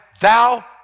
thou